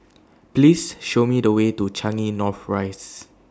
Please Show Me The Way to Changi North Rise